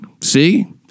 See